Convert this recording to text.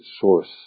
source